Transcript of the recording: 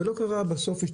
כשלא קרה כלום.